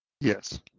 Yes